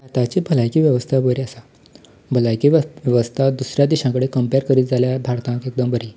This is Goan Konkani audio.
आतांची भलायकी वेवस्था बरी आसा भलायकी वेवस्था दुसऱ्या देशा कडेन कम्पेर करीत जाल्यार भारतांत एकदम बरी